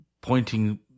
pointing –